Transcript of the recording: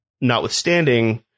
notwithstanding